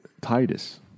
Titus